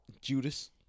Judas